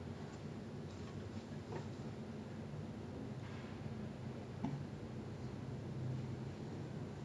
personally like எனக்கு பொறுத்த வரைக்கும்:enakku porutha varaikkum like because நா வந்து:naa vanthu personal ah என்ன பண்ணுவனா:enna pannuvanaa whenever I'm free I like to research a lot on stuff